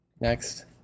Next